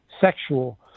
sexual